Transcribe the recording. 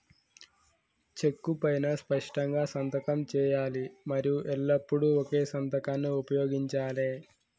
చెక్కు పైనా స్పష్టంగా సంతకం చేయాలి మరియు ఎల్లప్పుడూ ఒకే సంతకాన్ని ఉపయోగించాలే